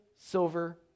silver